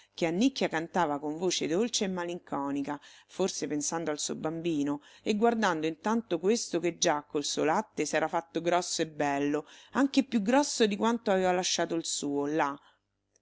che annicchia cantava con voce dolce e malinconica forse pensando al suo bambino e guardando intanto questo che già col suo latte s'era fatto grosso e bello anche più grosso di quanto aveva lasciato il suo là